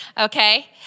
Okay